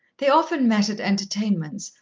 they often met at entertainments,